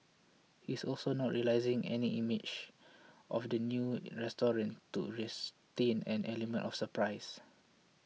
he's also not releasing any images of the new restaurant to retain an element of surprise